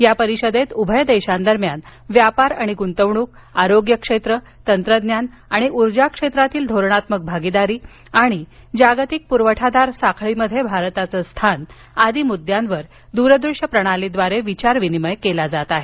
या परिषदेत उभय देशांदरम्यान व्यापार आणि गुंतवणूक आरोग्यक्षेत्र तंत्रज्ञान आणि ऊर्जा क्षेत्रातील धोरणात्मक भागीदारी आणि जागतिक पुरवठादार साखळीमध्ये भारताचं स्थान आदी मुद्द्यांवर दूरदृश्य प्रणालीद्वारे विचारविनिमय होत आहे